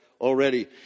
already